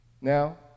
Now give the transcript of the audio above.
Now